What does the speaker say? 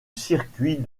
circuit